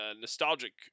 nostalgic